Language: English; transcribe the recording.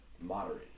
moderate